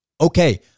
Okay